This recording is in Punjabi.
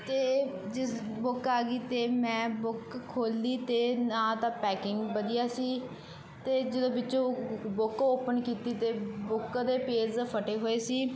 ਅਤੇ ਜਿਸ ਬੁੱਕ ਆ ਗਈ ਅਤੇ ਮੈਂ ਬੁੱਕ ਖੋਲ੍ਹੀ ਅਤੇ ਨਾ ਤਾਂ ਪੈਕਿੰਗ ਵਧੀਆ ਸੀ ਅਤੇ ਜਦੋਂ ਵਿੱਚੋਂ ਬੁੱਕ ਓਪਨ ਕੀਤੀ ਤਾਂ ਬੁੱਕ ਦੇ ਪੇਜ ਫਟੇ ਹੋਏ ਸੀ